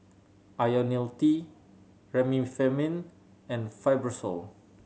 Ionil T Remifemin and Fibrosol